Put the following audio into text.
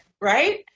right